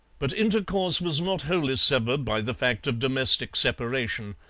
but intercourse was not wholly severed by the fact of domestic separation.